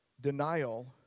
denial